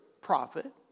prophet